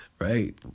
right